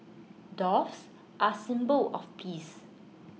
doves are symbol of peace